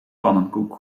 pannenkoek